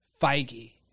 Feige